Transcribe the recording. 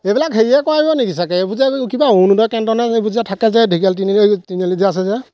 সেইবিলাক হেৰিয়ে কৰিব নেকি চাগে এইবোৰ যে কিবা অৰুণোদয় কেন্দ্ৰ নে যে এইবোৰ যে থাকে যে ঢেকিয়াল তিনিআলিত যে আছে যে